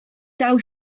daw